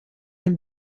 can